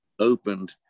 opened